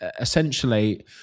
essentially